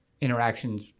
interactions